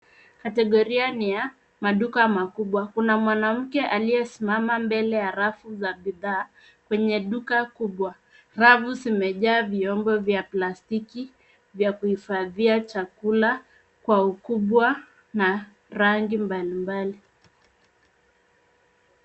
Kategoria ni ya maduka makubwa. Kuna mwanamke aliyesimama mbele ya rafu za bidhaa kwenye duka kubwa. Rafu zimejaa vyombo cha plastiki vya kuhifadhia vyakula kwa ukubwa na rangi mbalimbali.